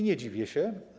Nie dziwię się.